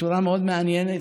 בצורה מאוד מעניינת,